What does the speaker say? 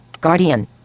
Guardian